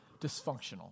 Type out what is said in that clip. dysfunctional